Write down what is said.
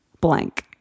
blank